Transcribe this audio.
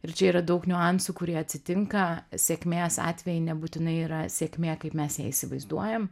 ir čia yra daug niuansų kurie atsitinka sėkmės atvejai nebūtinai yra sėkmė kaip mes ją įsivaizduojam